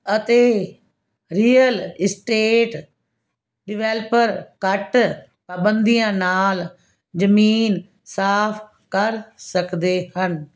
ਅਤੇ real estate developer ਘੱਟ ਪਾਬੰਦੀਆਂ ਨਾਲ ਜਮੀਨ ਸਾਫ਼ ਕਰ ਸਕਦੇ ਹਨ